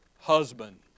husband